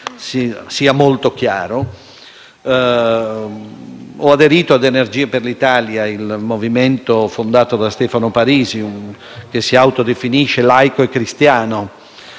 sia molto chiaro.